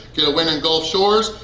get a win in gulf shores.